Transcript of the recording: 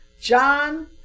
John